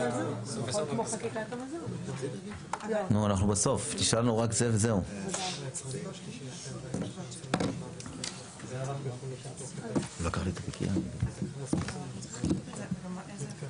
2. המילים "י"ז באב התשפ"ו (31 ביולי 2026)